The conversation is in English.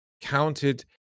counted